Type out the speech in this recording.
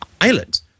island